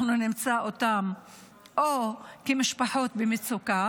אנחנו נמצא אותם או כמשפחות במצוקה